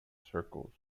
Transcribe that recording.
circles